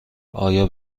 آیا